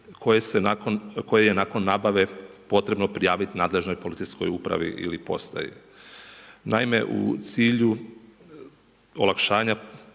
koje je nakon nabave potrebno prijaviti nadležnoj policijskoj upravi ili postaji. Naime u cilju olakšanja